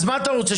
אז מה אתה רוצה,